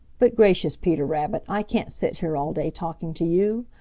but gracious, peter rabbit, i can't sit here all day talking to you!